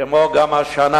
כמו גם השנה,